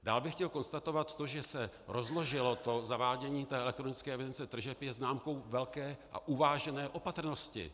Dál bych chtěl konstatovat, že to, že se rozložilo zavádění elektronické evidence tržeb, je známkou velké a uvážené opatrnosti.